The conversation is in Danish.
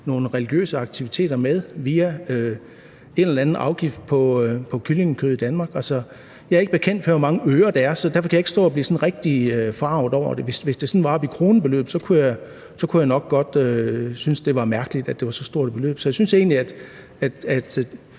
nogle religiøse aktiviteter med via en eller anden afgift på kyllingekød i Danmark? Jeg er ikke bekendt med, hvor mange ører det er, så derfor kan jeg ikke stå og blive sådan rigtig forarget over det. Hvis det var sådan oppe i et kronebeløb, kunne jeg nok godt synes, det var mærkeligt, at det var så stort. Så jeg synes da egentlig, at